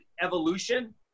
evolution